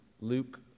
Luke